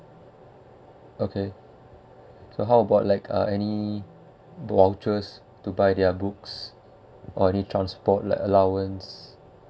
okay so how about like uh any vouchers to buy their books or any transport like allowance